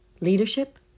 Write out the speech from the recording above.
leadership